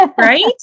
Right